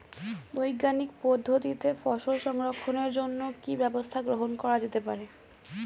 বৈজ্ঞানিক পদ্ধতিতে ফসল সংরক্ষণের জন্য কি ব্যবস্থা গ্রহণ করা যেতে পারে?